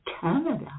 Canada